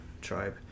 tribe